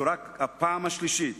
זו רק הפעם השלישית